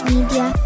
Media